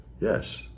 Yes